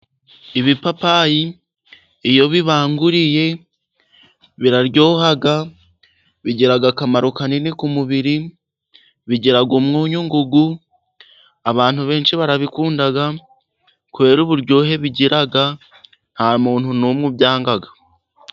Ibipapayi iyo bibanguriye biraryoha. Bigira akamaro kanini ku mubiri, bigira umunyungugu, abantu benshi barabikunda kubera uburyohe bigira, nta muntu n'umwe ubyanga.